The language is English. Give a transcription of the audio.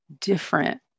different